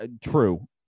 True